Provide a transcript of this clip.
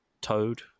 toad